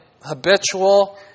habitual